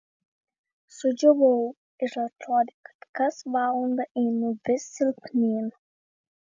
sudžiūvau ir atrodė kad kas valandą einu vis silpnyn